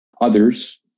Others